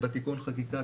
בתיקון חקיקה,